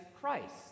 Christ